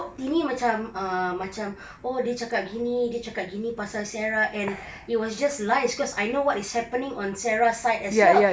tini macam ah macam oh dia cakap gini dia cakap gini pasal sarah and it was just lies cause I know what is happening on sarah side as well